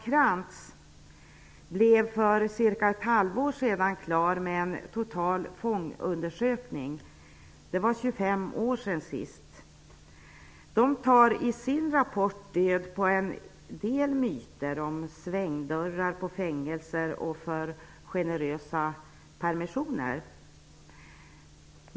Krantz blev för cirka ett halvår sedan klara med en total fångundersökning -- det var 25 år sedan sist. I sin rapport tar de död på en del myter bl.a. om svängdörrar på fängelser och om för generösa permissioner.